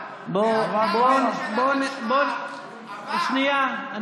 בואו, שנייה.